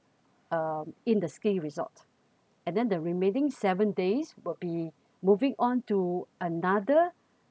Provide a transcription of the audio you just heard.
um in the ski resort and then the remaining seven days will be moving on to another